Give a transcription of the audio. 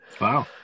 Wow